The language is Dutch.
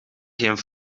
geen